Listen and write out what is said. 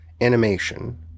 animation